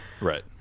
Right